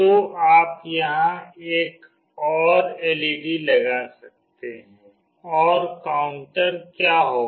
तो आप यहां एक और एलईडी लगा सकते हैं और काउंटर क्या होगा